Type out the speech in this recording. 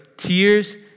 Tears